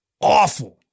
Awful